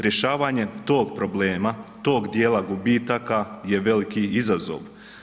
Rješavanje tog problema tog dijela gubitaka je veliki izazov.